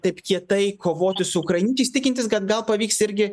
taip kietai kovoti su ukrainiečiais tikintis kad gal pavyks irgi